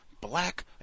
black